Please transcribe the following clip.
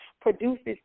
produces